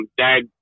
dad